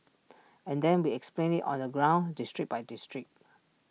and then we explained IT on the ground district by district